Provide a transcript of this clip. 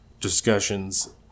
discussions